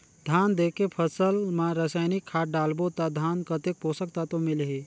धान देंके फसल मा रसायनिक खाद डालबो ता धान कतेक पोषक तत्व मिलही?